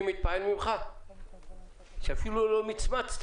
אני מתפעל שאפילו לא מיצמצת,